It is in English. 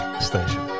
Station